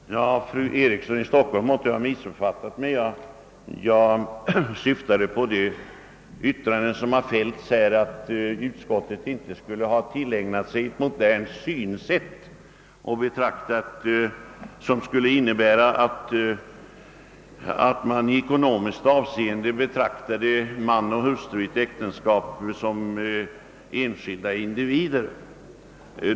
Herr talman! Fru Eriksson i Stockholm måtte ha missuppfattat mig. Jag syftade på de yttranden som fällts här att utskottet inte skulle ha tillägnat sig ett modernt synsätt, som skulle innebära att man i ekonomiskt avseende betraktar man och hustru i ett äktenskap som enskilda individer.